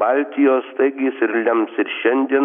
baltijos taigi jis ir lems ir šiandien